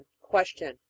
Question